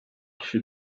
kişi